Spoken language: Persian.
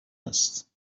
است